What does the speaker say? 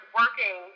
working